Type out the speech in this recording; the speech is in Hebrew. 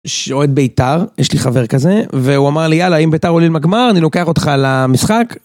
שאוהד בית"ר, יש לי חבר כזה, והוא אמר לי יאללה אם בית"ר עולים לגמר אני לוקח אותך למשחק